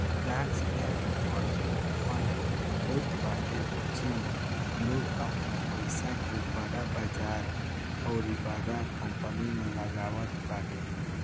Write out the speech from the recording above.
large cap fund उ fund होत बाटे जेमे लोग आपन पईसा के बड़ बजार अउरी बड़ कंपनी में लगावत बाटे